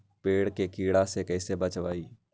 पेड़ के कीड़ा से कैसे बचबई?